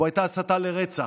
שבה הייתה הסתה לרצח.